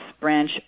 Branch